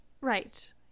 Right